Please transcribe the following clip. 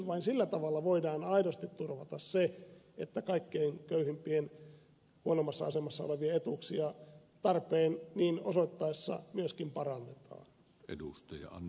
vain sillä tavalla voidaan aidosti turvata se että kaikkein köyhimpien huonoimmassa asemassa olevien etuuksia tarpeen niin osoittaessa myöskin parannetaan